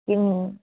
किं